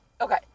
okay